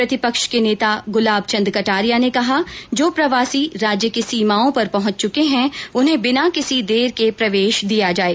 प्रतिपक्ष के नेता गुलाब चंद कटारिया ने कहा कि जो प्रवासी राज्य की सीमाओं पर पहुंच चुके हैं उन्हें बिना किसी देर के प्रवेश दिया जाये